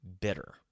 bitter